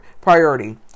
priority